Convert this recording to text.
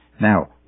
Now